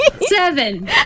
Seven